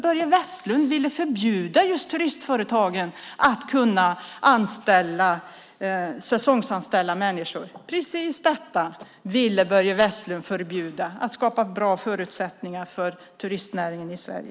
Börje Vestlund ville förbjuda just turistföretagen att säsongsanställa människor. Precis detta ville Börje Vestlund förbjuda och därmed möjligheterna att skapa bra förutsättningar för turistnäringen i Sverige.